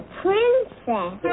princess